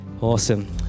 Awesome